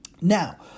Now